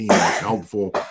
helpful